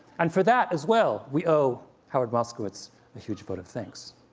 and for that, as well, we owe howard moskowitz a huge vote of thanks.